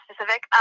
specific